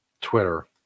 Twitter